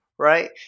right